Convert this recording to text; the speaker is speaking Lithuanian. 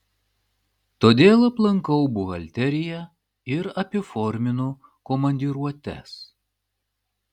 todėl aplankau buhalteriją ir apiforminu komandiruotes